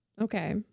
Okay